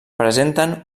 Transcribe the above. presenten